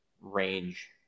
range